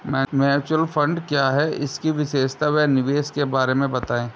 Mutual fund क्या है इसकी विशेषता व निवेश के बारे में बताइये?